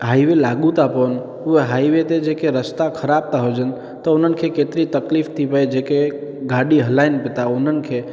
high वे लागू था पवनि उहा हाई वे ते जेके रस्ता ख़राबु था हुजनि त उन्हनि खे केतिरी तकलीफ़ थी पए जेके गाॾी हलाइनि बि था उन्हनि खे